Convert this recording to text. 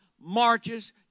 marches